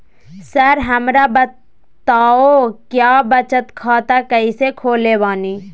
Sir हमरा बताओ क्या बचत खाता कैसे खोले बानी?